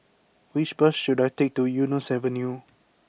which bus should I take to Eunos Avenue